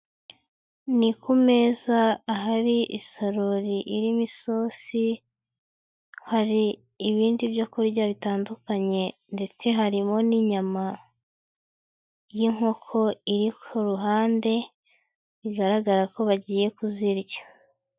Ni ku meza ahari isorori irimo isosi, hari ibindi byo kurya bitandukanye ndetse harimo n'inyama y'inkoko iri ku ruhande, bigaragara ko bagiye kuzirya.